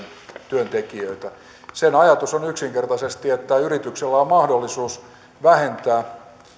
työntekijöitä sen ajatus on yksinkertaisesti että yrityksellä on mahdollisuus vähentää